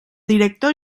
director